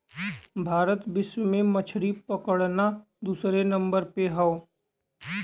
भारत विश्व में मछरी पकड़ना दूसरे नंबर पे हौ